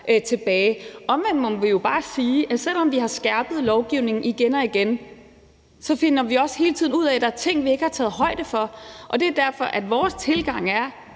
tilbage. Omvendt må vi jo bare sige, at selv om vi har skærpet lovgivningen igen og igen, finder vi også hele tiden ud af, at der er ting, vi ikke har taget højde for. Det er derfor, at vores tilgang er,